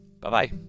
Bye-bye